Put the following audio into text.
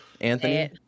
Anthony